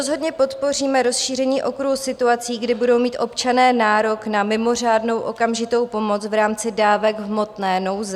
Rozhodně podpoříme rozšíření okruhu situací, kdy budou mít občané nárok na mimořádnou okamžitou pomoc v rámci dávek v hmotné nouzi.